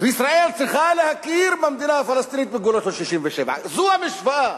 וישראל צריכה להכיר במדינה הפלסטינית בגבולות של 67' זו המשוואה.